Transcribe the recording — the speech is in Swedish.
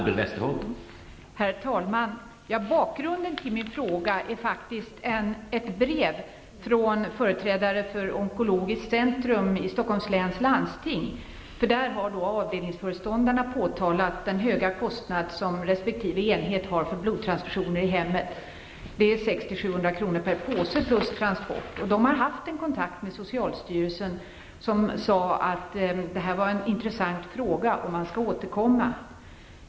Herr talman! Bakgrunden till min fråga är faktiskt ett brev från företrädare för onkologiskt centrum i Stockholms läns landsting. Där har avdelningsföreståndarna påtalat den höga kostnad som resp. enhet har för blodtransfusioner i hemmet. Den är 600--700 kr. per påse plus transport. De har kontaktat socialstyrelsen, som har sagt att detta var en intressant fråga. Man skulle återkomma.